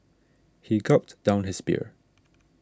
he gulped down his beer